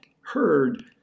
heard